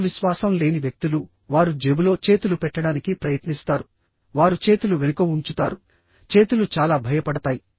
ఆత్మవిశ్వాసం లేని వ్యక్తులు వారు జేబులో చేతులు పెట్టడానికి ప్రయత్నిస్తారు వారు చేతులు వెనుక ఉంచుతారు చేతులు చాలా భయపడతాయి